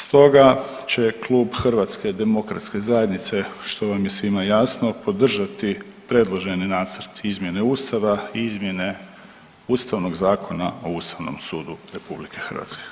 Stoga će Klub HDZ-a što vam je svima jasno podržati predloženi nacrt izmjene ustava i izmjene Ustavnog zakona o ustavnom sudu RH.